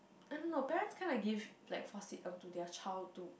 I don't know parents kind of give like force it onto their child to